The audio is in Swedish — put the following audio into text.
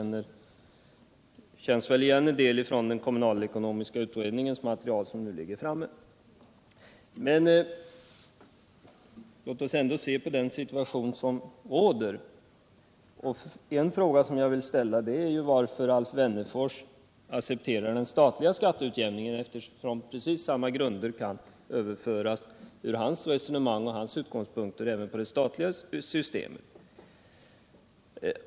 En del känner jag också igen från den kommunalekonomiska utredningens material. Låt oss se på den situation som råder. En fråga som jag vill ställa är varför Alf Wennerfors accepterar den statliga skatteutjämningen, som på precis samma grunder kan överföras på hans resonemang i det här avseendet.